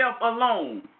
alone